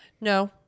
no